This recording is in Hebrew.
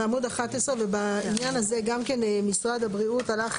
בעמוד 11. ובעניין הזה גם כן משרד הבריאות הלך